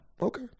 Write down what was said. Okay